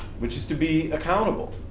which is to be accountable,